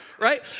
right